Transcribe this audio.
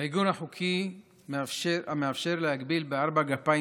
העיגון החוקי המאפשר להגביל בארבע גפיים